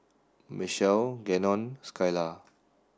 Mechelle Gannon Skylar